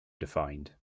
defined